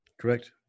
Correct